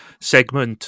segment